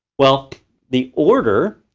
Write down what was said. well the order